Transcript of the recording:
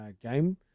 game